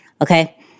okay